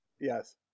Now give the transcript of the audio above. Yes